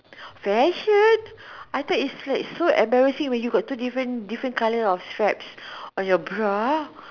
very shit I thought it's like so embarrassing when you got two different different color of straps on on your bra